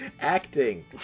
acting